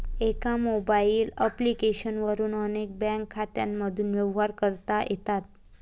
एका mobile application वरून अनेक बँक खात्यांमधून व्यवहार करता येतात